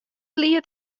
liet